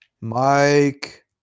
Mike